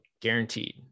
guaranteed